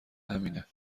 همینه